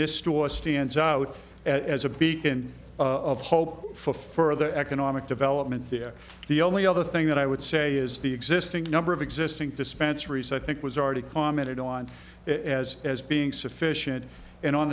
this store stands out as a beacon of hope for further economic development there the only other thing that i would say is the existing number of existing dispensary so i think was already commented on as as being sufficient and on